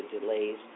delays